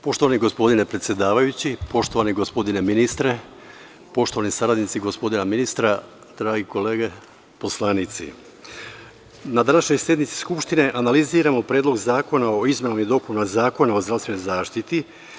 Poštovani gospodine predsedavajući, poštovani gospodine ministre, poštovani saradnici gospodina ministra, drage kolege poslanici, na današnjoj sednici Skupštine analiziramo Predlog zakona o izmenama i dopunama Zakona o zdravstvenoj zaštiti.